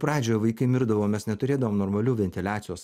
pradžioje vaikai mirdavo mes neturėdavom normalių ventiliacijos